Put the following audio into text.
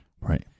Right